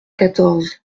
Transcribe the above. quatorze